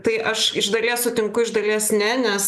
tai aš iš dalies sutinku iš dalies ne nes